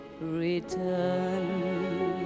return